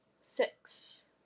Six